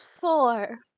four